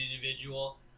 individual